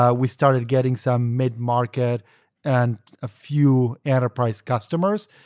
ah we started getting some mid-market and a few enterprise customers.